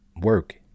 work